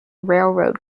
railroad